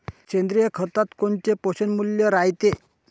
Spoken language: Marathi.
सेंद्रिय खतात कोनचे पोषनमूल्य रायते?